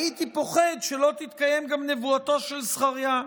הייתי פוחד שלא תתקיים גם נבואתו של זכריה.